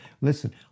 Listen